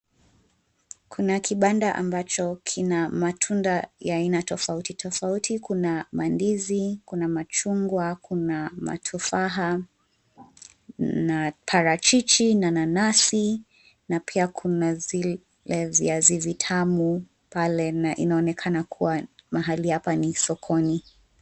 Kuna kibanda ambacho kina matunda ya aina tofauti tofauti, kuna: mandizi, kuna machungwa, kuna matufaha, na parachichi, na nanasi, na pia kuna zile viazi vitamu pale na inaonekana kuwa mahali hapa ni sokoni.